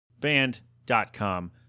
band.com